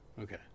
Okay